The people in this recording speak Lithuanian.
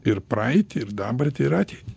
ir praeitį ir dabartį ir ateitį